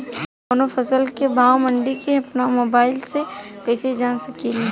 कवनो फसल के भाव मंडी के अपना मोबाइल से कइसे जान सकीला?